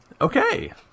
Okay